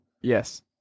Yes